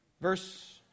Verse